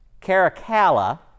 Caracalla